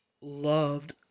Loved